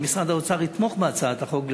אם משרד האוצר יתמוך בהצעת החוק,